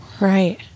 right